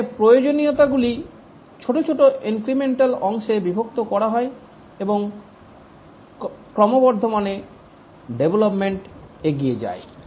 এখানে প্রয়োজনীয়তাগুলি ছোট ছোট ইনক্রিমেন্টাল অংশে বিভক্ত করা হয় এবং ক্রমবর্ধমানে ডেভলপমেন্ট এগিয়ে যায়